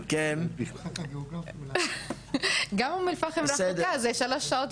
גם אום אל-פחם רחוקה, זה שלוש שעות.